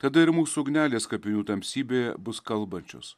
tada ir mūsų ugnelės kapinių tamsybėje bus kalbančios